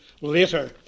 later